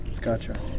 Gotcha